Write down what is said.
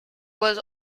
was